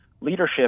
leadership